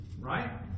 right